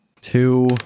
Two